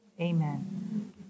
Amen